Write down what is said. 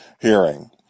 hearing